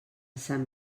sant